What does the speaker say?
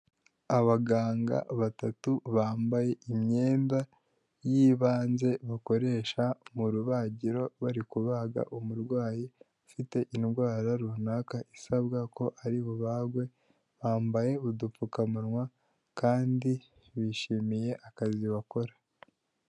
Abaganga batatu bambaye imyenda y'ibanze bakoresha mu rubagiro bari kubaga umurwayi ufite indwara runaka isabwa ko ari bubagwe, bambaye udupfukamunwa kandi bishimiye akazi bakora.